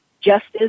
justice